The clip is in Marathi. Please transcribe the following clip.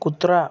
कुत्रा